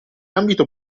ambito